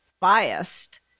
biased